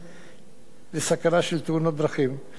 משרד התחבורה והרשות הלאומית לבטיחות בדרכים